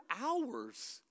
hours